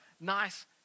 nice